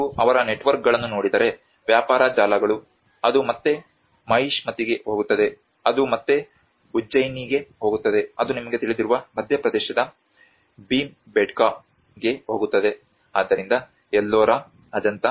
ನೀವು ಅವರ ನೆಟ್ವರ್ಕ್ಗಳನ್ನು ನೋಡಿದರೆ ವ್ಯಾಪಾರ ಜಾಲಗಳು ಅದು ಮತ್ತೆ ಮಹಿಷ್ಮತಿಗೆ ಹೋಗುತ್ತದೆ ಅದು ಮತ್ತೆ ಉಜ್ಜಯಿನಿಗೆ ಹೋಗುತ್ತದೆ ಅದು ನಿಮಗೆ ತಿಳಿದಿರುವ ಮಧ್ಯಪ್ರದೇಶದ ಭೀಂಬೆಟ್ಕಾಗೆ ಹೋಗುತ್ತದೆ ಆದ್ದರಿಂದ ಎಲ್ಲೋರಾ ಅಜಂತಾ